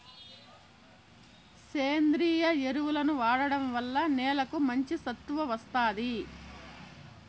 సేంద్రీయ ఎరువులను వాడటం వల్ల నేలకు మంచి సత్తువ వస్తాది